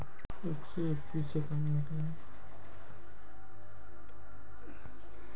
मी फरवरी मईन्यात कितीक पैसा खर्च केला, हे मले कसे पायता येईल?